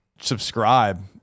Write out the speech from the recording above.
subscribe